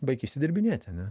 baik išsidirbinėti ane